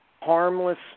harmless